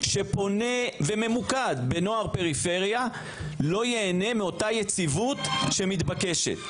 שפונה וממוקד בנוער פריפריה לא ייהנה מאותה יציבות שמתבקשת.